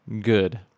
good